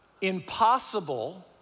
Impossible